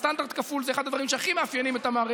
וסטנדרט כפול זה אחד הדברים שהכי מאפיינים את המערכת,